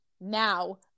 Now